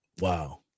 Wow